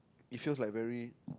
it feels like very